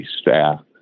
staff